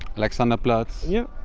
alexanderplatz yap,